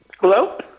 Hello